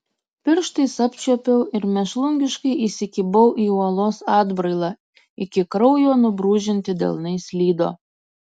pirštais apčiuopiau ir mėšlungiškai įsikibau į uolos atbrailą iki kraujo nubrūžinti delnai slydo